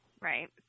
Right